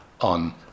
on